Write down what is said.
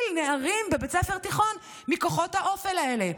נערים בבית ספר תיכון מכוחות האופל האלה.